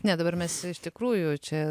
ne dabar mes iš tikrųjų čia